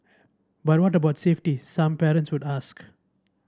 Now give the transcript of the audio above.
but what about safety some parents would ask